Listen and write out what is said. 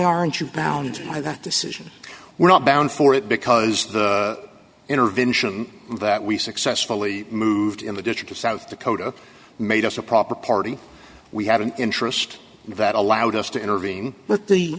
aren't you bound by that decision we're not bound for it because the intervention that we successfully moved in the district of south dakota made us a proper party we had an interest in that allowed us to intervene